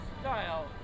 style